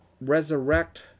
resurrect